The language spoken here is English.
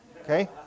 Okay